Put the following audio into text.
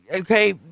okay